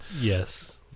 Yes